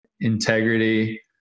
Integrity